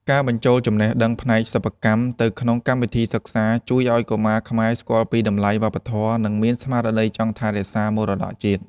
ការបញ្ចូលចំណេះដឹងផ្នែកសិប្បកម្មទៅក្នុងកម្មវិធីសិក្សា ជួយឱ្យកុមារខ្មែរស្គាល់ពីតម្លៃវប្បធម៌ និងមានស្មារតីចង់ថែរក្សាមរតកជាតិ។